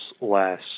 less